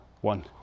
one